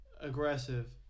aggressive